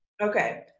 Okay